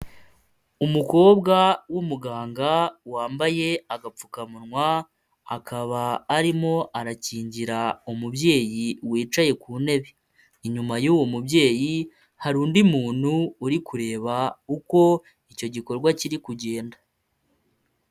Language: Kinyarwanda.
Umukobwa w'umuganga wambaye agapfukamunwa akaba arimo arakingira umubyeyi wicaye ku ntebe, inyuma y'uwo mubyeyi hari undi muntu uri kureba uko icyo gikorwa kiri kugenda.